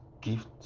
gift